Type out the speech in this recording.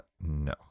No